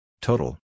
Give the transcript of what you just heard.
Total